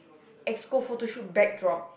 exco photo shoot backdrop